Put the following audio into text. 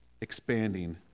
expanding